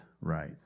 right